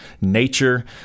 nature